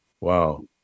Wow